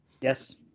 Yes